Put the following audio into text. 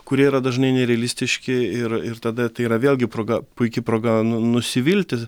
kurie yra dažnai nerealistiški ir ir tada tai yra vėlgi proga puiki proga nusivilti